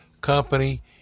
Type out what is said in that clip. company